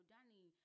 Danny